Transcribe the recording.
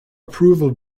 approval